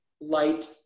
light